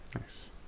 Nice